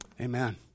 Amen